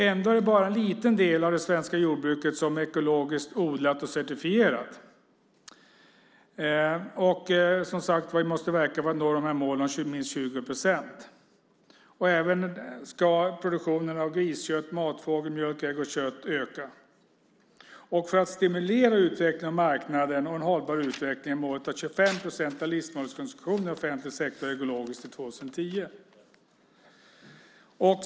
Ändå är det bara en liten del av det svenska jordbruket som är ekologiskt odlat och certifierat. Vi måste verka för att nå målen om minst 20 procent. Även produktionen av griskött, matfågel, mjölk, ägg och kött ska öka. För att stimulera utvecklingen av marknaden och en hållbar utveckling är målet att 25 procent av livsmedelsproduktionen i offentlig sektor ska vara ekologisk till 2010.